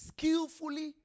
Skillfully